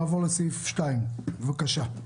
נעבור לסעיף 2, בבקשה.